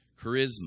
Charisma